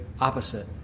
opposite